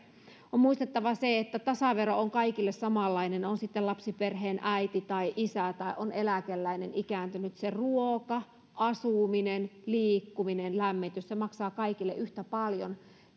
on muistettava se että tasavero on kaikille samanlainen on sitten lapsiperheen äiti tai isä tai eläkeläinen ikääntynyt ruoka asuminen liikkuminen ja lämmitys maksavat kaikille yhtä paljon